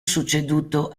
succeduto